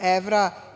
evra